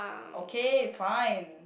okay fine